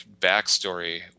backstory